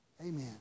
Amen